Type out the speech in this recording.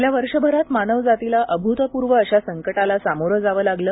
गेल्या वर्षभरात मानवजातीला अभूतपूर्व अशा संकटाला समोर जावं लागलं